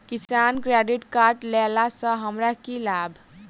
किसान credit card लेला सऽ हमरा की लाभ?